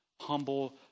humble